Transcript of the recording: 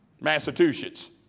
Massachusetts